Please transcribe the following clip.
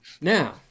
now